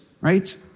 right